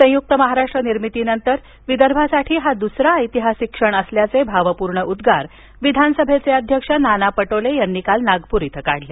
संयूक महाराष्ट्र निर्मितीनंतर विदर्भासाठी हा दु्सरा ऐतिहासिक क्षण असल्याचे भावपूर्ण उद्वार विधानसभेचे अध्यक्ष नाना पटोले यांनी काल नागपूर इथं काढले